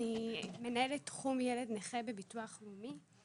אני מנהלת תחום ילד נכה בביטוח לאומי.